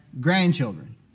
grandchildren